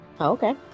Okay